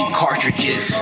cartridges